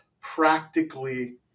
practically